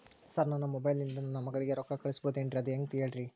sir ನನ್ನ mobile ಇಂದ ನನ್ನ ಮಗಳಿಗೆ ರೊಕ್ಕಾ ಕಳಿಸಬಹುದೇನ್ರಿ ಅದು ಹೆಂಗ್ ಹೇಳ್ರಿ